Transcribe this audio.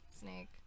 Snake